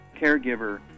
caregiver